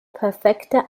perfekte